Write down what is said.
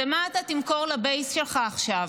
זה מה אתה תמכור לבייס שלך עכשיו.